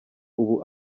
ubu